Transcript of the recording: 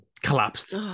collapsed